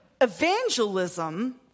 evangelism